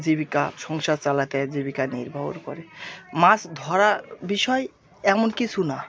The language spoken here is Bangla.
জীবিকা সংসার চালাতে জীবিকা নির্ভর করে মাছ ধরা বিষয় এমন কিছু না